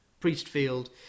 Priestfield